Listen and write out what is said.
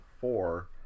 four